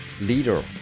leader